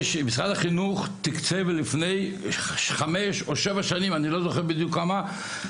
יש משרד החינוך תקצב לפני חמש או שבע שנים אני לא זוכר בדיוק כמה,